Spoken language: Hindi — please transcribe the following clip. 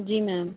जी मैम